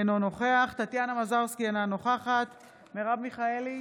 אינו נוכח טטיאנה מזרסקי, אינה נוכחת מרב מיכאלי,